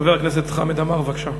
חבר הכנסת חמד עמאר, בבקשה.